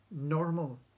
normal